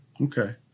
Okay